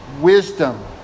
wisdom